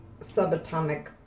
subatomic